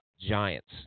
Giants